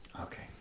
Okay